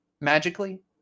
magically